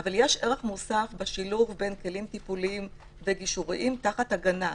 אבל יש ערך מוסף בשילוב בין כלים טיפוליים וגישוריים תחת הגנה,